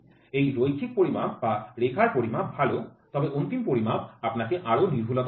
এই রৈখিক পরিমাপ বা রেখার পরিমাপ ভাল তবে অন্তিম পরিমাপ আপনাকে আরও সঠিকতা দেয়